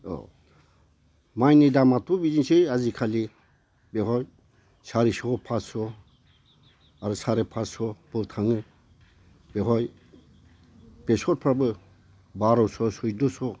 औ माइनि दामाथ' बिदिनोसै आजिखालि बेवहाय सारिस' फासस' आरो साराय फासस' बाव थाङो बेवहाय बेसरफ्राबो बारस' सैधस'